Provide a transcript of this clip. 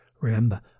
Remember